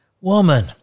Woman